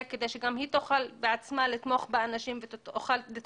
כדי שגם היא תוכל לתמוך באנשים ובאזרחים.